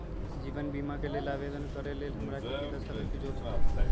जीवन बीमा के लेल आवेदन करे लेल हमरा की की दस्तावेज के जरूरत होतई?